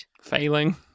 Failing